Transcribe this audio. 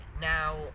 Now